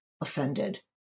offended